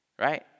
Right